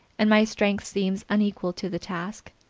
and my strength seems unequal to the task,